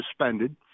suspended